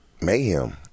mayhem